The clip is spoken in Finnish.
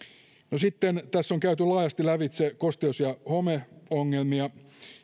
no sitten tässä on käyty laajasti lävitse kosteus ja homeongelmia